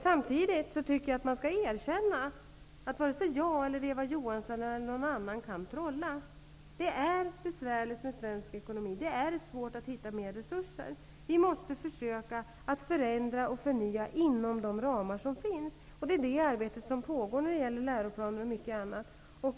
Samtidigt tycker jag att man skall erkänna att vare sig jag, Eva Johansson eller någon annan kan trolla. Den svenska ekonomin är besvärlig, och det är svårt att hitta mer resurser. Vi måste försöka att förändra och förnya inom de ramar som finns. Det är detta arbete som pågår när det gäller läroplaner och mycket annat.